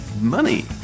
Money